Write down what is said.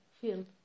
field